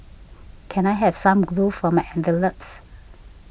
can I have some glue for my envelopes